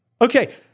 okay